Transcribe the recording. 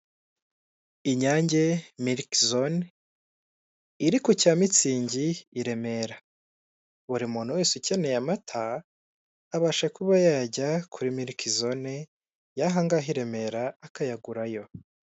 Inyange miliki zone, iri ku cyamitsingi i Remera. Buri muntu wese ukeneye amata, abasha kuba yajya kuri miliki zone y'aha ngaha i Remera, akayagurayo.